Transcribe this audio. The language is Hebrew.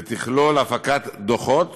שתכלול הפקת דוחות